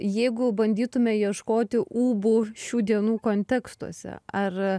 jeigu bandytume ieškoti ūbų šių dienų kontekstuose ar